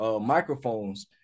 microphones